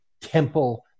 temple